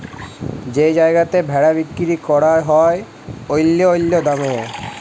যেই জায়গাতে ভেড়া বিক্কিরি ক্যরা হ্যয় অল্য অল্য দামে